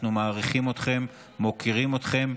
אנחנו מעריכים אתכם, מוקירים אתכם.